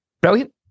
Brilliant